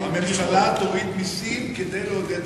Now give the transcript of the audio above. הממשלה תוריד מסים כדי לעודד צמיחה.